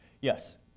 Yes